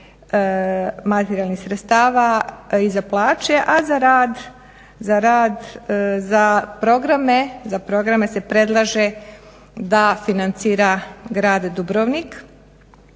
materijalnih sredstava i za plaće, a za rad za programe se predlaže da financira grad Dubrovnik.